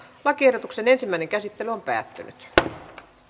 lakiehdotuksen ensimmäinen käsittely päättyi